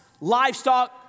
livestock